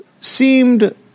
seemed